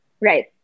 Right